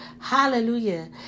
Hallelujah